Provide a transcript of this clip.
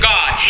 God